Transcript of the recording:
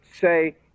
say